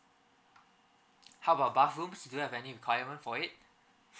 how about bathrooms do you have any requirement for it